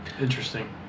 Interesting